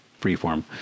freeform